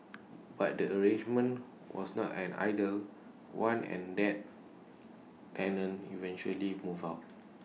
but the arrangement was not an idle one and that tenant eventually moved out